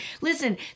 Listen